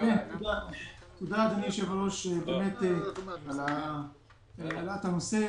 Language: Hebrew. תודה אדוני היושב-ראש על העלאת הנושא,